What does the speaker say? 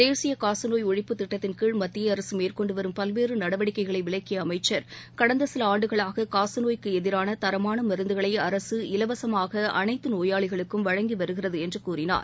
தேசியகாசநோய் ஷழிப்புத் திட்டத்தின் கீழ் மத்திய அரசுமேற்கொண்டுவரும் பல்வேறுநடவடிக்கைகளைவிளக்கியஅமைச்சர் கடந்தசிலஆண்டுகளாககாசநோய்க்குஎதிரானதரமானமருந்துகளைஅரசு இலவசமாகஅனைத்துநோயாளிகளுக்கும் வழங்கிவருகிறதுஎன்றுகூறினார்